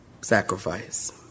Sacrifice